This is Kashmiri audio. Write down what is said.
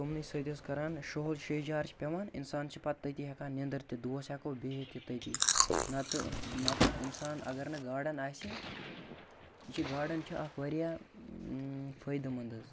تِمنٕے سۭتۍ حظ کَران شُہُل شیٚہجار چھِ پٮ۪وان اِنسان چھُ پَتہٕ تٔتی ہیٚکان نینٛدٕر تہِ دوہس ہیٚکو بِہِتھ تہِ تٔتی نَتہٕ نَتہٕ اِنسان اگر نہٕ گارڈَن آسہِ یہِ چھِ گارڈَن چھِ اَکھ واریاہ فٲیِدٕ مَنٛد حظ